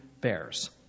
bears